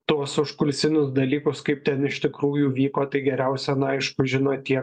tuos užkulisinius dalykus kaip ten iš tikrųjų vyko tai geriausia na aišku žino tie